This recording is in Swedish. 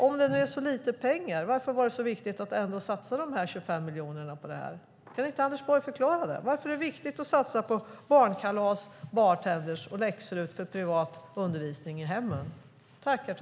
Om det är fråga om så lite pengar som det sägs, varför var det då så viktigt att satsa de 25 miljonerna på det? Kan inte Anders Borg förklara det? Varför är det viktigt att satsa på barnkalas, bartendrar och läx-RUT för privat undervisning i hemmet?